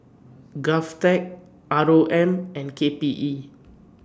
Govtech R O M and K P E